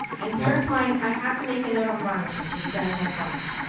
and here's my i have to make a note on varnishing, cause you guys might varnish.